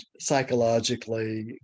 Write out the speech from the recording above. psychologically